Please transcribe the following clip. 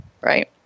right